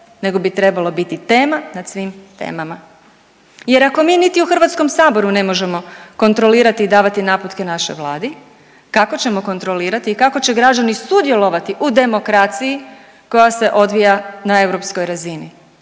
nego bi trebala biti tema nad svim temama. Jer ako mi niti u Hrvatskog saboru ne možemo kontrolirati i davati naputke našoj vladi, kako ćemo kontrolirati i kako će građani sudjelovati u demokraciji koja se odvija na europskoj razini?